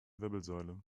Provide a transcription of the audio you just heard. wirbelsäule